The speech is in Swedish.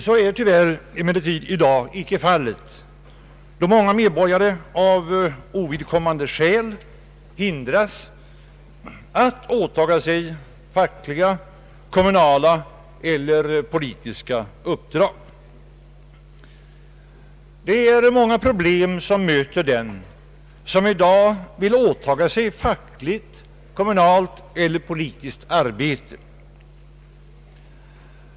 Så är tyvärr dock inte fallet i dag, eftersom många medborgare av ovidkommande skäl hindras från att åtaga sig fackliga, kommunala eller andra politiska uppdrag. Många problem möter i dag den som vill åtaga sig fackligt, kommunalt eller annat politiskt arbete.